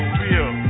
real